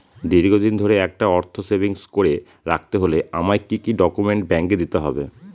দীর্ঘদিন ধরে একটা অর্থ সেভিংস করে রাখতে হলে আমায় কি কি ডক্যুমেন্ট ব্যাংকে দিতে হবে?